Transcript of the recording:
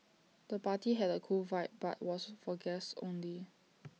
the party had A cool vibe but was for guests only